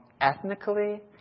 ethnically